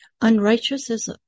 Unrighteousness